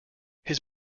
his